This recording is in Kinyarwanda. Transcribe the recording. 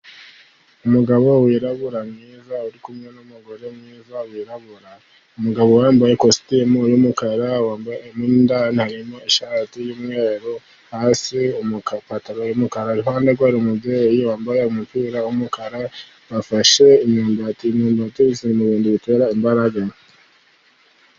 Umugabo wirabura mwiza, uri kumwe n'umugore mwiza wirabura, umugabo wambaye ikositimu y'umukara wambaye imyenda, mo indani harimo ishati y'umweru hasi ipataro y'umukara, iruhande rwe hari umubyeyi wambaye umupira w'umukara bafashe imyumbati, inyumbati iri mu bintu bitera imbaraga.